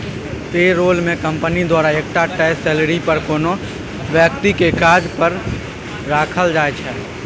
पे role मे company द्वारा एकटा तय सेलरी पर कोनो बेकती केँ काज पर राखल जाइ छै